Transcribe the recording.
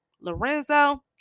Lorenzo